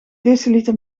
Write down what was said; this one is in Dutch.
deciliter